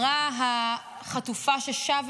החטופה ששבה